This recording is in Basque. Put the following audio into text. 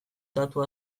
datu